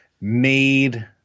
made